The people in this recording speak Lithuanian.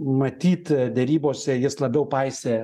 matyt derybose jis labiau paisė